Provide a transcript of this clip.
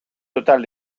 total